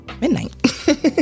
midnight